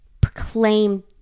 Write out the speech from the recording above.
proclaim